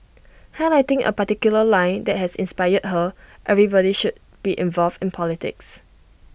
highlighting A particular line that inspired her everybody should be involved in politics